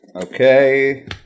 Okay